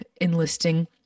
enlisting